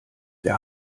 der